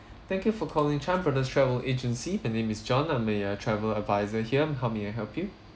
thank you for calling Chan Brothers Travel agency the name is john I'm a uh travel adviser here how may I help you